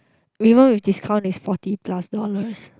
we haven't with discount is forty plus dollars